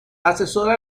asesora